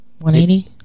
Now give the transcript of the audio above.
180